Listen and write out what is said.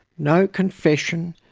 no confession.